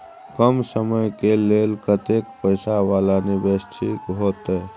कम समय के लेल कतेक पैसा वाला निवेश ठीक होते?